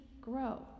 grow